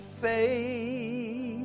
faith